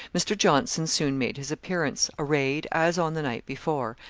mr. johnson soon made his appearance, arrayed as on the night before,